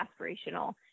aspirational